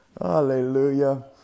hallelujah